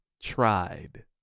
tried